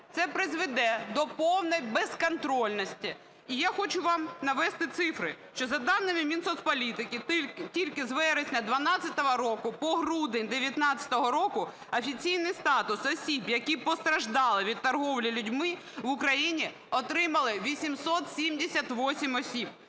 Це призведе до повної безконтрольності. І я хочу вам навести цифри, що за даними Мінсоцполітики тільки з вересня 12-го року по грудень 19-го року офіційний статус осіб, які постраждали від торгівлі людьми в Україні, отримали 978 осіб.